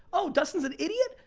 oh, dustin's an idiot,